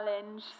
challenge